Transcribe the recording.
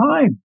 time